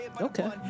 Okay